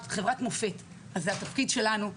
זה התפקיד שלנו,